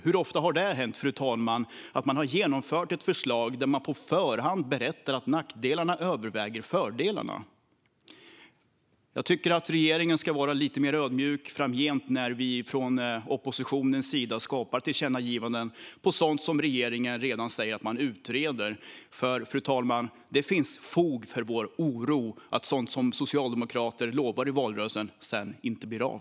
Hur ofta har det hänt, fru talman, att man har genomfört ett förslag om något där man på förhand berättar att nackdelarna överväger fördelarna? Jag tycker att regeringen ska vara lite mer ödmjuk framgent när vi från oppositionens sida skapar tillkännagivanden om sådant som regeringen säger att man redan utreder. Fru talman! Det finns fog för vår oro att sådant som socialdemokrater lovar i valrörelser sedan inte blir av.